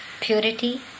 purity